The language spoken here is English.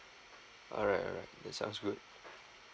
alright alright that sounds good